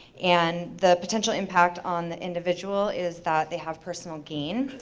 and the potential impact on the individual is that they have personal gain.